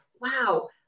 wow